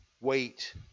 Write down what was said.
wait